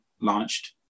launched